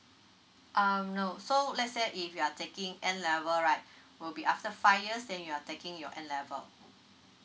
um no so let's say if you are taking N level right will be after five years then you are taking your N level